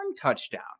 touchdown